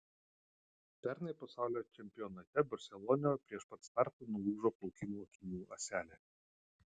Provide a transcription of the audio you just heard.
pernai pasaulio čempionate barselonoje prieš pat startą nulūžo plaukimo akinių ąselė